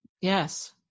Yes